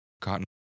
Cotton